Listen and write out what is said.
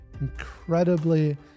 incredibly